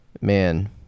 Man